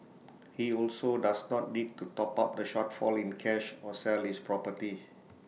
he also does not need to top up the shortfall in cash or sell his property